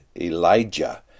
Elijah